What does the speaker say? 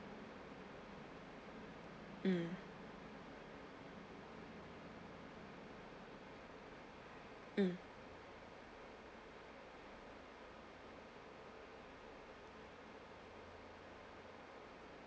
mm mm